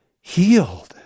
healed